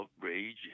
outrage